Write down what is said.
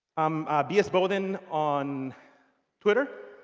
i'm bsbodden on twitter.